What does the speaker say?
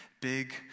big